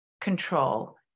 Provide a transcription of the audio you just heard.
control